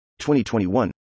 2021